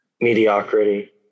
mediocrity